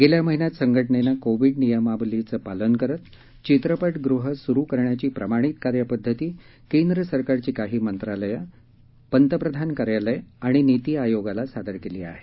गेल्या महिन्यात संघटनेनं कोविड नियमावलीचं पालन करत चित्रपटगृहं सुरू करण्याची प्रमाणीत कार्यपद्धती केंद्र सरकारची काही मंत्रालयं पंतप्रधान कार्यालय आणि नीती आयोगाला सादर केली आहे